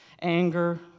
Anger